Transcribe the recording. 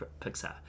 Pixar